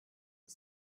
the